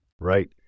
Right